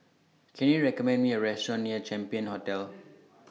Can YOU recommend Me A Restaurant near Champion Hotel